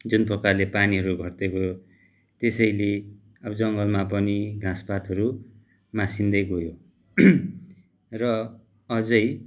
जुन प्रकारले पानीहरू घट्दै गयो त्यसैले अब जङ्गलमा पनि घाँस पातहरू मासिँदै गयो र अझै